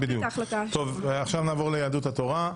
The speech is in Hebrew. עכשיו נעבור ליהדות התורה.